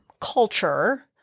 culture